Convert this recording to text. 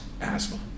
asthma